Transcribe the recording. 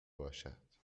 باشد